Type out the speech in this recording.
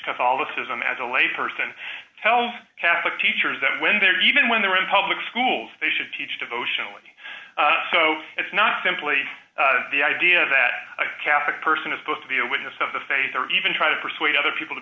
catholicism as a lay person tells catholic teachers that when they're even when they're in public schools they should teach devotionally so it's not simply the idea that capek person is supposed to be a witness of the faith or even try to persuade other people to